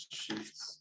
sheets